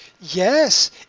yes